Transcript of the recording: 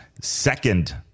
second